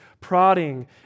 prodding